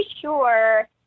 sure